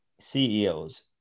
CEOs